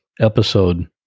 episode